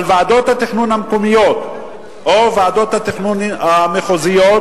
אבל ועדות התכנון המקומיות או ועדות התכנון המחוזיות